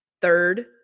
third